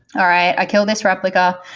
all right. i kill this replica.